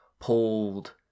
pulled